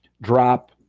Drop